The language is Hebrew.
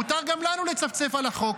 מותר גם לנו לצפצף על החוק.